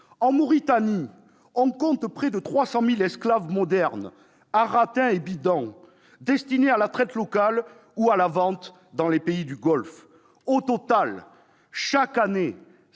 En Mauritanie, on compte près de 300 000 esclaves modernes, Haratins et Bidhans, destinés à la traite locale ou à la vente dans les pays du Golfe. Au total, chaque année,